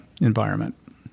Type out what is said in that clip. environment